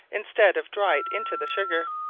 instead of dried into the sugar.